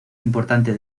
importante